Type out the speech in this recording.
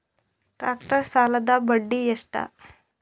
Tractor ಸಾಲದ್ದ ಬಡ್ಡಿ ಎಷ್ಟ?